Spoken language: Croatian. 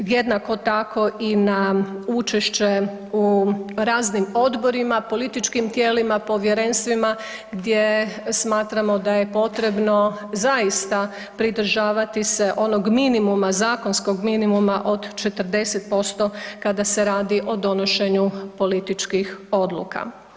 Jednako tako i na učešće u raznim odborima, političkim tijelima, povjerenstvima gdje smatramo da je potrebno zaista pridržavati se onog minimuma, zakonskog minimuma od 40% kada se radi o donošenju političkih odluka.